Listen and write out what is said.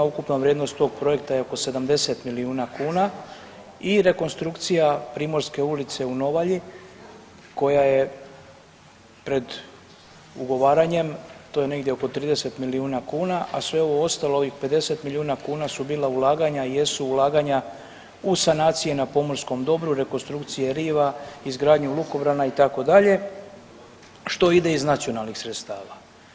Ukupna vrijednost tog projekta je oko 70 milijuna kuna i rekonstrukcija Primorske ulice u Novalji koja je pred ugovaranjem, to je negdje oko 30 milijuna kuna, a sve ovo ostalo ovih 50 milijuna kuna su bila ulaganja i jesu ulaganja u sanacije na pomorskom dobru, rekonstrukcije riva, izgradnju lukobrana itd. što ide iz nacionalnih sredstava.